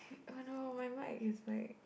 oh no my mic is like